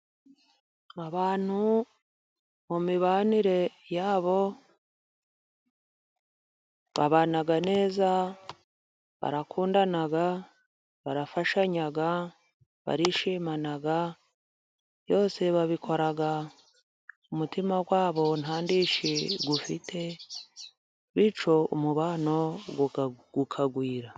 Abantu mu mibanire yabo babana neza ,barakundana barafashanya ,barishimana, byose babikora umutima wabo ntadishyi ufite, bityo umubano ukagwira.